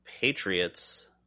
Patriots